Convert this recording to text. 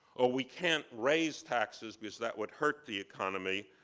or we can't raise taxes, because that would hurt the economy,